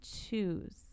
choose